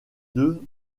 deux